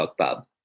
BookBub